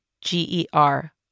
G-E-R